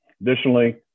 Additionally